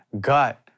gut